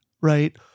right